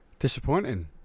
Disappointing